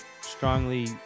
strongly